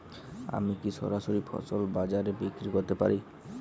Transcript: আমি কি সরাসরি ফসল বাজারে বিক্রি করতে পারি?